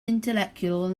intellectual